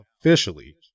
officially